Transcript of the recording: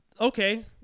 okay